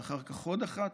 ואחר כך עוד אחת,